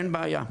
אין בעיה,